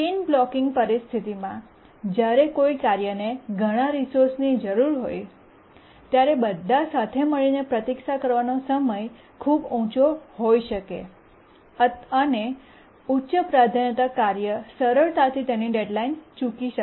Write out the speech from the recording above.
chain blocking પરિસ્થિતિમાં જ્યારે કોઈ કાર્યને ઘણા રિસોર્સની જરૂર હોય ત્યારે બધા સાથે મળીને પ્રતીક્ષા કરવાનો સમય ખૂબ ઊંચો હોઈ શકે અને ઉચ્ચ પ્રાધાન્યતા કાર્ય સરળતાથી તેની ડેડ્લાઇન ચૂકી શકે